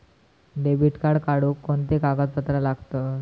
Debit card काढुक कोणते कागदपत्र लागतत?